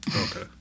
Okay